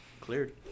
cleared